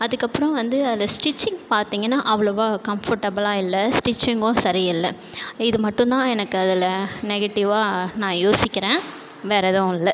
அதுக்கப்புறோம் வந்து அதில் ஸ்டிச்சிங் பார்த்திங்கன்னா அவ்வளோவா கம்ஃபர்டபுளாக இல்லை ஸ்டிச்சிங்கும் சரியில்லை இது மட்டும்தான் எனக்கு அதில் நெகட்டிவ்வாக நான் யோசிக்கிறேன் வேறு எதுவும் இல்லை